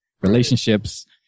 Relationships